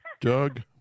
Doug